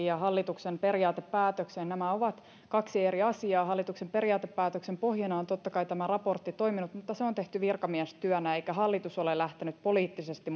ja hallituksen periaatepäätökseen nämä ovat kaksi eri asiaa hallituksen periaatepäätöksen pohjana on totta kai tämä raportti toiminut mutta se on tehty virkamiestyönä eikä hallitus ole lähtenyt poliittisesti